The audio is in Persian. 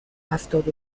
هفتاد